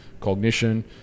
cognition